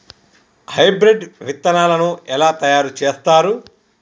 Hybrid విత్తనాలను ఎలా తయారు చేస్తారు?